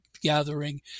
gathering